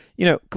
you know,